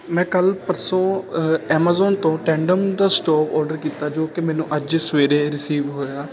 ਮੈਂ ਕੱਲ੍ਹ ਪਰਸੋਂ ਐਮਾਜ਼ੋਨ ਤੋਂ ਟੈਂਡਮ ਦਾ ਸਟੋਪ ਆਰਡਰ ਕੀਤਾ ਜੋ ਕਿ ਮੈਨੂੰ ਅੱਜ ਸਵੇਰੇ ਰਿਸੀਵ ਹੋਇਆ